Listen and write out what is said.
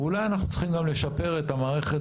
ואולי אנחנו צריכים גם לשפר את מערכת